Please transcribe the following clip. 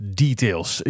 details